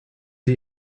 sie